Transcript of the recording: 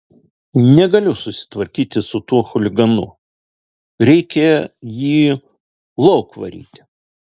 negaliu susitvarkyti su tuo chuliganu reikia jį lauk varyti